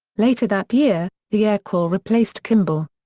later that year, the air corps replaced kimble.